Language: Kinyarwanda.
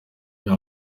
bya